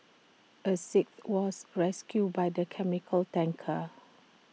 A sixth was rescued by the chemical tanker